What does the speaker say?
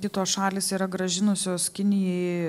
kitos šalys yra grąžinusios kinijai